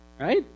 right